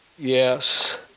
Yes